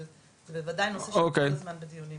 אבל זה בוודאי נושא שתמיד עולה והוא כל הזמן בדיונים.